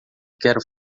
quero